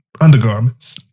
undergarments